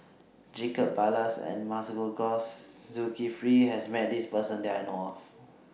Jacob Ballas and Masagos Zulkifli has Met This Person that I know of